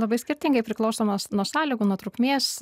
labai skirtingai priklauso nuo nuo sąlygų nuo trukmės